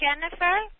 Jennifer